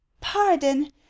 pardon